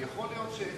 יכול להיות,